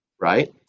right